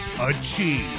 achieve